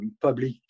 public